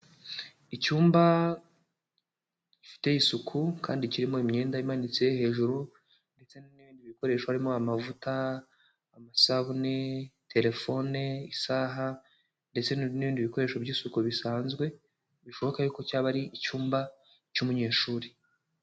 Icyumba gifite isuku kandi kirimo imyenda imanitse hejuru, ndetse n'ibindi bikoresho harimo amavuta, amasabune, telefone, isaha, ndetse n'ibindi bikoresho by'isuku bisanzwe, bishoboka yuko cyaba ari icyumba cy'umunyeshuri.